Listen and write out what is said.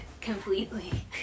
completely